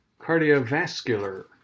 cardiovascular